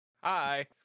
Hi